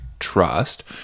trust